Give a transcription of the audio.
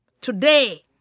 today